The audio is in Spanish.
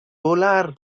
volar